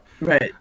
Right